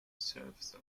serves